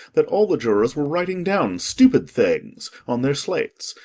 that all the jurors were writing down stupid things on their slates,